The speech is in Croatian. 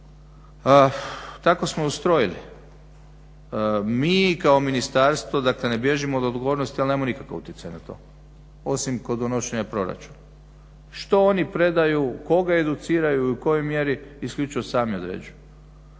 Tako smo ustrojili. Mi kao ministarstvo, dakle ne bježimo od odgovornosti, ali nemamo nikakav utjecaj na to osim kod donošenja proračuna. Što oni predaju, koga educiraju i u kojoj mjeri isključivo sami određuju.